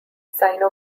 sino